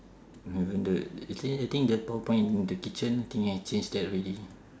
actually I think the power point in the kitchen think I changed that already